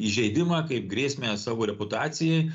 įžeidimą kaip grėsmę savo reputacijai